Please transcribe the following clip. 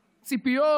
ציפיות,